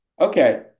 Okay